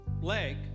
leg